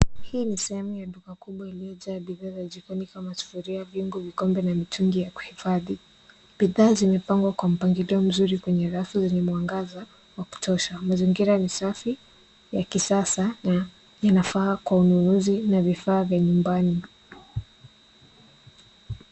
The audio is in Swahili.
Hii ni sehemu ya duka kubwa iliyojaa bidhaa za jikoni kama sufuria, vyungu, vikombe na mitungi ya kuhifadhi. Bidhaa zimepangwa kwa mpangilio mzuri kwenye rafu yenye mwangaza wa kutosha. Mazingira ni safi, ya kisasa na inafaa kwa ununuzi na vifaaa vya nyumbani.